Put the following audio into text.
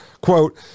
quote